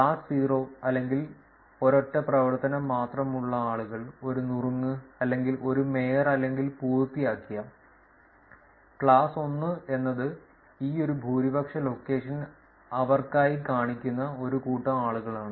class 0 അല്ലെങ്കിൽ ഒരൊറ്റ പ്രവർത്തനം മാത്രമുള്ള ആളുകൾ ഒരു നുറുങ്ങ് അല്ലെങ്കിൽ ഒരു മേയർ അല്ലെങ്കിൽ പൂർത്തിയാക്കിയ ക്ലാസ് 1 എന്നത് ഈ ഒരു ഭൂരിപക്ഷ ലൊക്കേഷൻ അവർക്കായി കാണിക്കുന്ന ഒരു കൂട്ടം ആളുകളാണ്